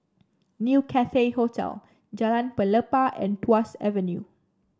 New Cathay Hotel Jalan Pelepah and Tuas Avenue